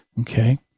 okay